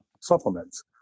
supplements